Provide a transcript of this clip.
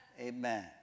Amen